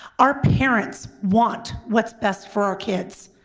our parents want what's best for our kids.